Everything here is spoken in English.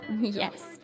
Yes